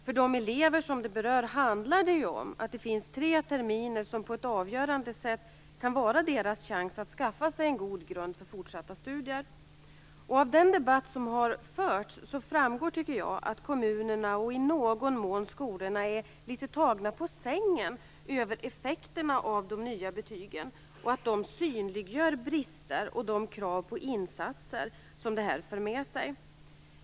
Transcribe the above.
För de elever som det berör finns det tre terminer som på ett avgörande sätt kan vara deras chans att skaffa sig en god grund för fortsatta studier. Av den debatt som har förts tycker jag att det framgår att kommunerna och i någon mån skolorna är litet tagna på sängen av effekterna av de nya betygen. De synliggör brister och för med sig krav på insatser.